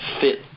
fit